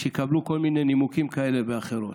שיקבלו כל מיני נימוקים כאלה ואחרים: